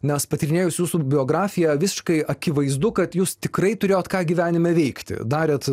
nes patyrinėjus jūsų biografiją visiškai akivaizdu kad jūs tikrai turėjot ką gyvenime veikti darėt